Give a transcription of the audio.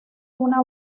una